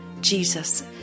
Jesus